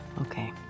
Okay